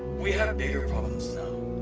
we have bigger problems